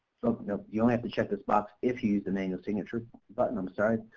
so you know you only have to check this box if you use the manual signature button i'm sorry,